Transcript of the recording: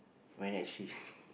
when actually